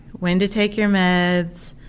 when to take your meds,